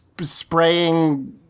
spraying